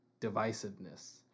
divisiveness